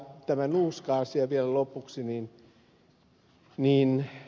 tämä nuuska asia vielä lopuksi